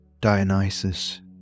Dionysus